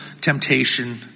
temptation